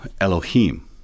Elohim